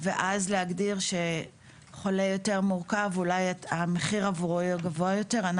ואז להגדיר שהמחיר עבור חולה יותר מורכב יהיה גבוה יותר,